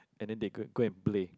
and then they go and go and play